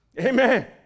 Amen